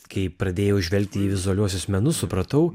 kai pradėjau žvelgti į vizualiuosius menus supratau